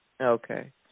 Okay